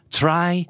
try